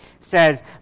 says